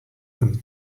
them